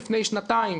לפני שנתיים,